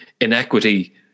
inequity